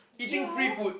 eating free food